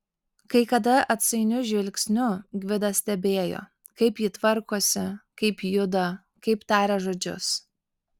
kai kada atsainiu žvilgsniu gvidas stebėjo kaip ji tvarkosi kaip juda kaip taria žodžius